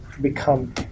become